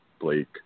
Blake